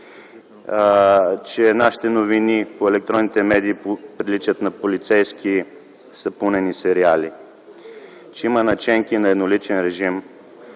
че нашите новини по електронните медии приличат на полицейски сапунени сериали, че има наченки на едноличен режим,